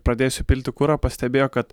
pradėjusi pilti kurą pastebėjo kad